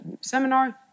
seminar